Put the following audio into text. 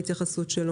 המסחר.